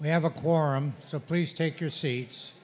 we have a quorum so please take your seats